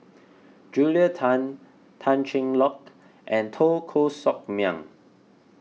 Julia Tan Tan Cheng Lock and Teo Koh Sock Miang